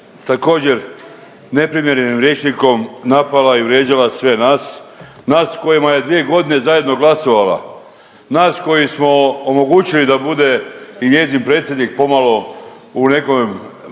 također neprimjerenim rječnikom napala i vrijeđala sve nas, nas kojima je dvije godine zajedno glasovala, nas koji smo omogućili da bude i njezin predsjednik pomalo u nekom milosti